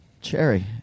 Cherry